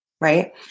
right